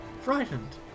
Frightened